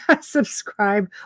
subscribe